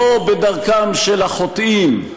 לא בדרכם של החוטאים,